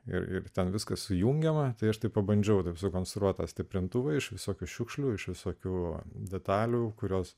ir ten viskas sujungiama tai aš tai pabandžiau taip sukonstruotas stiprintuvą iš visokių šiukšlių iš visokių detalių kurios